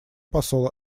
посол